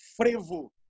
frevo